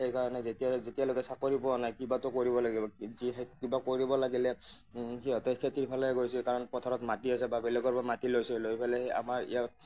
সেইকাৰণে যেতিয়া যেতিয়ালৈকে চাকৰি পোৱা নাই কিবাটো কৰিব লাগিব যি সেই কিবা কৰিব লাগিলে সিহঁতে খেতিৰ ফালে গৈছে কাৰণ পথাৰত মাটি আছে বা বেলেগৰ পৰা মাটি লৈছে লৈ পেলাই আমাৰ ইয়াত